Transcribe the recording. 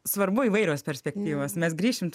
svarbu įvairios perspektyvos mes grįšim